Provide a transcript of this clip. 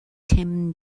tim